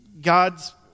God's